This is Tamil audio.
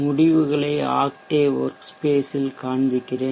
முடிவுகளை ஆக்டேவ் ஒர்க்ஸ்பேஸ்ல் காண்பிக்ககிறேன்